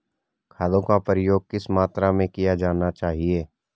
खादों का प्रयोग किस मात्रा में किया जाना चाहिए?